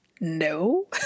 no